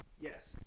Yes